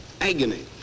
agony